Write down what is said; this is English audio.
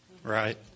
Right